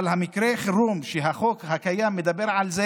אבל מקרה החירום שהחוק הקיים מדבר עליו